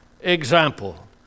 example